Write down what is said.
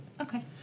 Okay